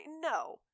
no